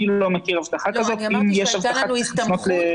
אם יש הבטחה כזאת, צריך לפנות למי שמממן.